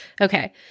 Okay